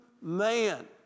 man